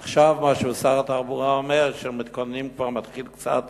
עכשיו, שר התחבורה אומר שמתכוננים כבר, מתחיל קצת